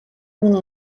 минь